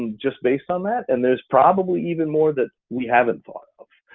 just based on that? and there's probably even more that we haven't thought of.